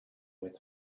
with